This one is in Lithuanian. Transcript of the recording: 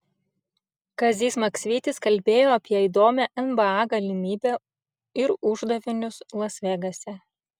kazys maksvytis kalbėjo apie įdomią nba galimybę ir uždavinius las vegase